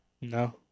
No